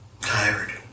tired